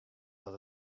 dat